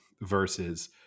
versus